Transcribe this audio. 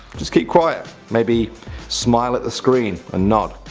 just keep quiet, maybe smile at the screen and nod.